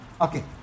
Okay